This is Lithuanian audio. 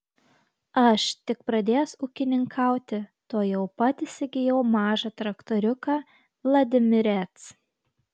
aš tik pradėjęs ūkininkauti tuojau pat įsigijau mažą traktoriuką vladimirec